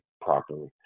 properly